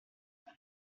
what